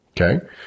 Okay